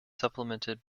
supplemented